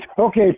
Okay